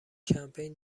کمپین